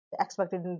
expected